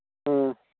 ꯑ